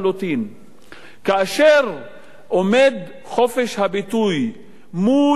כאשר עומד חופש הביטוי מול החופש